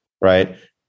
Right